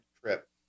trip